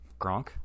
Gronk